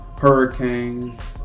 hurricanes